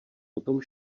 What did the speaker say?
potom